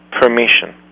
permission